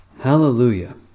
Hallelujah